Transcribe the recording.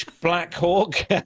blackhawk